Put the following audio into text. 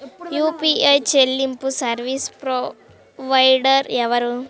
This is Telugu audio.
యూ.పీ.ఐ చెల్లింపు సర్వీసు ప్రొవైడర్ ఎవరు?